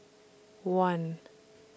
one